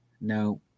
no